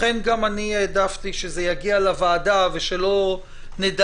לכן גם אני העדפתי שזה יגיע לוועדה ושלא נדלג